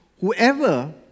Whoever